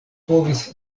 povis